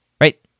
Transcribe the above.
right